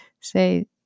say